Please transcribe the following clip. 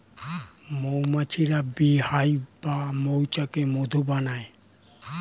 মৌমাছিরা bee hive বা মৌচাকে মধু বানায়